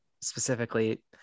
specifically